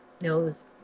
knows